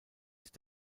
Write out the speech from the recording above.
ist